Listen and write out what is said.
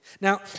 Now